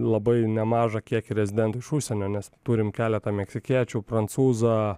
labai nemažą kiekį rezidentų iš užsienio nes turim keletą meksikiečių prancūzą